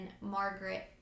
Margaret